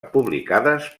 publicades